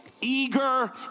eager